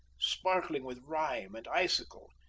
sparkling with rime and icicle,